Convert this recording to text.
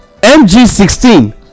mg16